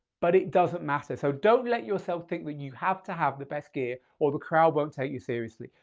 but it doesn't matter. so don't let yourself think that you have to have the best gear or the crowd won't take you seriously.